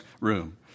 room